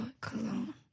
cologne